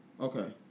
Okay